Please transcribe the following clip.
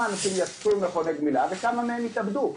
אנשים יצאו ממכוני גמילה וכמה מהם התאבדו,